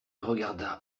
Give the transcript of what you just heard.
regarda